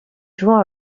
juin